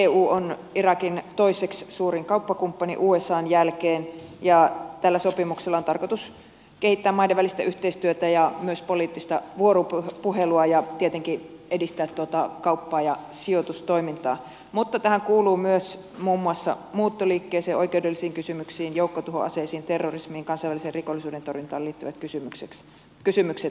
eu on irakin toiseksi suurin kauppakumppani usan jälkeen ja tällä sopimuksella on tarkoitus kehittää maiden välistä yhteistyötä ja myös poliittista vuoropuhelua ja tietenkin edistää tuota kauppa ja sijoitustoimintaa mutta tähän kuuluvat myös muun muassa muuttoliikkeeseen oikeudellisiin kysymyksiin joukkotuhoaseisiin terrorismiin kansainvälisen rikollisuuden torjuntaan liittyvät kysymykset